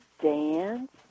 dance